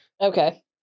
Okay